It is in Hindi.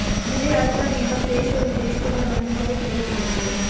मुझे यात्रा बीमा देश और विदेश के भ्रमण में बहुत मदद करती है